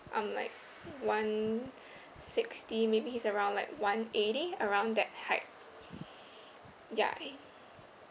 I'm like one sixty maybe he's around like one eighty around that height ya